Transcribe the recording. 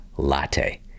latte